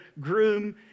groom